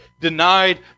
denied